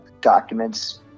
documents